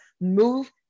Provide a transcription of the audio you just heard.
move